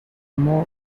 more